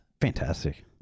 Fantastic